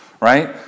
Right